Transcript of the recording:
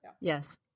yes